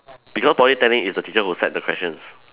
because Polytechnic is the teacher who set the questions